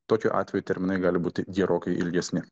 tokiu atveju terminai gali būti gerokai ilgesni